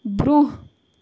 برٛونٛہہ